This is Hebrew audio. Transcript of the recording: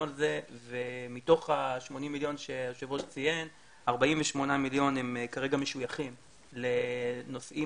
ומתוך ה-80 מיליון שיושב הראש ציין 48 מיליון הם כרגע משויכים לנושאים